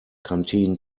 canteen